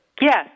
Yes